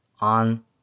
on